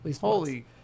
Holy